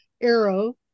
arrow